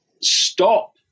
stop